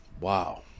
Wow